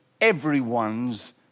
everyone's